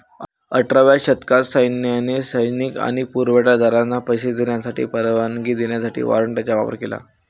अठराव्या शतकात सैन्याने सैनिक आणि पुरवठा दारांना पैसे देण्याची परवानगी देण्यासाठी वॉरंटचा वापर केला